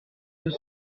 deux